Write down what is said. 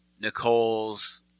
Nicole's